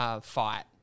fight